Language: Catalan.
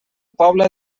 pobla